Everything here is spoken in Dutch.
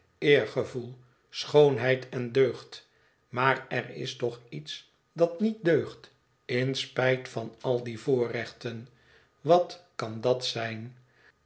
eergevoel schoonheid en deugd maar er is toch iets dat niet deugt in spijt van al die voorrechten wat kan dat zijn